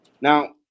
Now